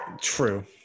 True